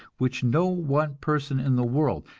which no one person in the world,